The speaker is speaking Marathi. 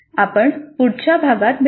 आपण पुढच्या भागात भेटू